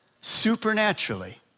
supernaturally